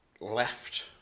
left